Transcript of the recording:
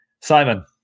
Simon